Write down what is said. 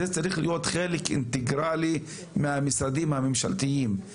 זה צריך להיות חלק אינטגרלי מהמשרדים הממשלתיים,